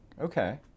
Okay